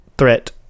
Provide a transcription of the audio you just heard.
threat